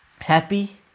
happy